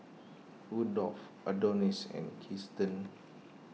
Rudolf Adonis and Keaston